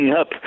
up